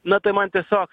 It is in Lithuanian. na tai man tiesiog